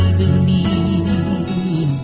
believe